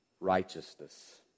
righteousness